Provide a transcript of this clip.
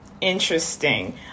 interesting